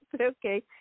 Okay